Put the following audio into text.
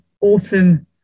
autumn